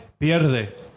pierde